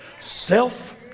Self